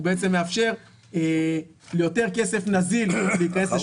הוא בעצם מאפשר ליותר כסף נזיל להיכנס לשוק ההון.